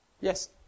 Yes